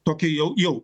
tokį jau jau